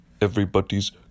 everybody's